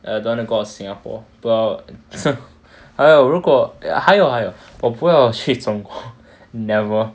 I don't want to go out of singapore 还有如果还有还有我不要去中国 never